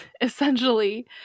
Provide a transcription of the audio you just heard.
essentially